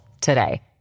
today